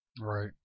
Right